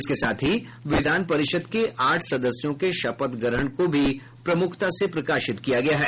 इसके साथ ही विधान परिर्षद् के आठ सदस्यों के शपथ ग्रहण को भी प्रमुखता से प्रकाशित किया है